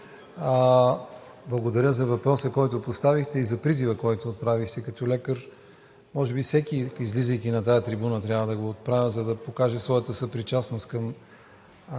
благодаря за въпроса, който поставихте и за призива, който отправихте като лекар. Може би всеки, излизайки на тази трибуна, трябва да го отправя, за да покаже своята съпричастност към